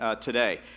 today